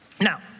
now